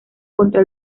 contra